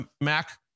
Mac